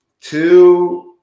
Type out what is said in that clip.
two